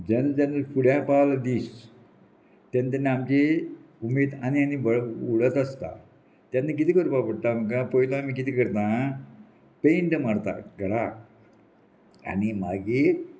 जेन्ना जेन्ना फुड्या पावलो दीस तेन्ना तेन्ना आमची उमेद आनी आनी बळ उडत आसता तेन्ना किदें करपा पडटा आमकां पयलो आमी किदें करता पेंट मारता घराक आनी मागीर